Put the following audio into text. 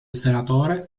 senatore